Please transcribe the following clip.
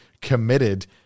committed